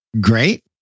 great